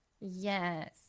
Yes